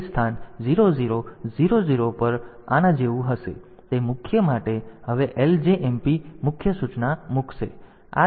તેથી તે મુખ્ય માટે હવે LJMP મુખ્ય સૂચના મૂકશે